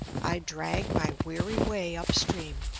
i drag my weary way up-stream,